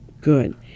Good